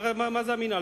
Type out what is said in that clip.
מה זה המינהל?